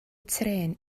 trên